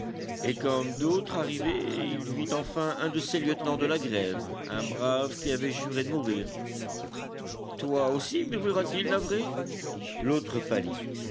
et comme d'autres arrivaient il vit enfin un de ses lieutenants de la grève un brave qui avait juré de mourir toi aussi murmura-t-il navré l'autre pâlit